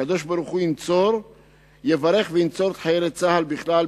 הקדוש-ברוך-הוא יברך וינצור את חיילי צה"ל בכלל,